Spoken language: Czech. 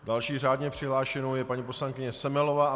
Další řádně přihlášenou je paní poslankyně Semelová.